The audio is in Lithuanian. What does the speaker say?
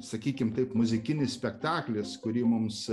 sakykim taip muzikinis spektaklis kurį mums